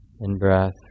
In-breath